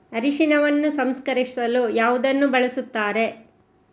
ಅರಿಶಿನವನ್ನು ಸಂಸ್ಕರಿಸಲು ಯಾವುದನ್ನು ಬಳಸುತ್ತಾರೆ?